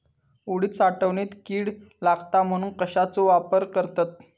उडीद साठवणीत कीड लागात म्हणून कश्याचो वापर करतत?